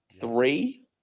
three